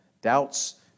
doubts